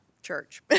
church